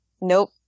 nope